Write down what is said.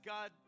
God